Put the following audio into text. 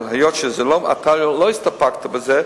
אבל היות שלא הסתפקת בזה,